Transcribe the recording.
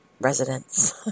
residents